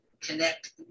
connect